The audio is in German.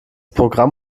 programm